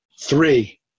Three